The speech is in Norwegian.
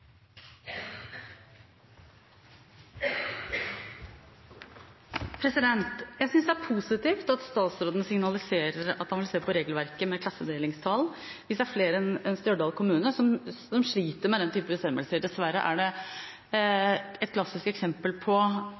positivt at statsråden signaliserer at han vil se på regelverket med klassedelingstall hvis det er flere enn Stjørdal kommune som sliter med den type bestemmelser. Dessverre er det et klassisk eksempel på